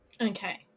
Okay